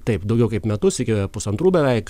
taip daugiau kaip metus iki pusantrų beveik